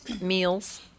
meals